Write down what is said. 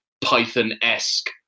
Python-esque